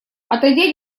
отойдя